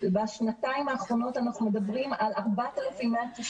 בשנתיים האחרונות אנחנו מדברים על 4,190